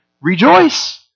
Rejoice